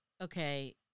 okay